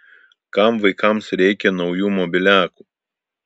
kam vaikams reikia naujų mobiliakų